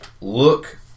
look